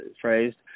phrased